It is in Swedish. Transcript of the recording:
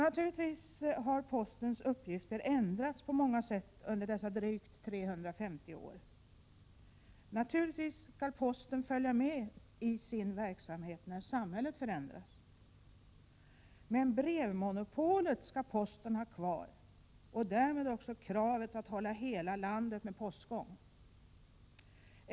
Naturligtvis har postens uppgifter ändrats på många sätt under dessa drygt 350 år. Naturligtvis skall posten följa med i sin verksamhet när samhället förändras. Men brevmonopolet skall posten ha kvar och därmed också kravet att hålla hela landet med postgång.